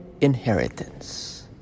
inheritance